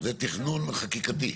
זה תכנון חקיקתי.